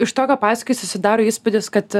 iš to ką pasakoji susidaro įspūdis kad